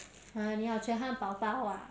!huh! 你要吃汉堡包啊